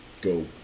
go